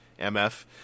MF